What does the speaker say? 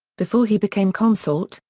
before he became consort,